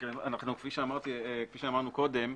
כפי שאמרנו קודם,